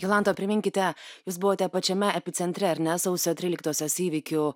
jolanta priminkite jūs buvote pačiame epicentre ar ne sausio tryliktosios įvykių